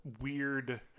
weird